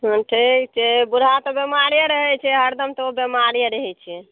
बूढ़ा तऽ बेमारे रहै छै हरदम तऽ ओ बेमारे रहै छै